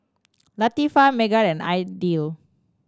Latifa Megat and Aidil